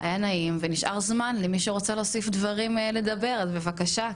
היה נעים ונשאר זמן למי שרוצה להוסיף דברים לדבר אז בבקשה.